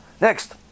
Next